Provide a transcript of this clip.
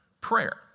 prayer